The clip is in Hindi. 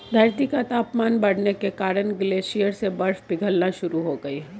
धरती का तापमान बढ़ने के कारण ग्लेशियर से बर्फ पिघलना शुरू हो गयी है